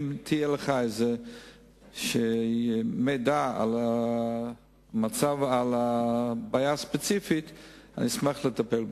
אם יהיה לך מידע על הבעיה הספציפית אני אשמח לטפל בה.